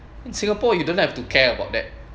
in singapore you don't have to care about that